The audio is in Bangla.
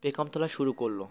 পেখমতোলা শুরু করল